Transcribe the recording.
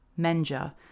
Menja